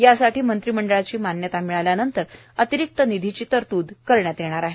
यासाठी मंत्रिमंडाळाची मान्यता मिळाल्या नंतर अतिरिक्त निधीची तरतूद करण्यात येणार आहे